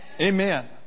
amen